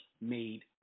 made